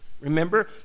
Remember